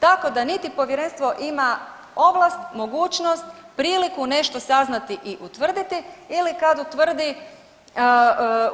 Tako da niti povjerenstvo ima ovlast, mogućnost, priliku nešto saznati i utvrditi ili kad utvrdi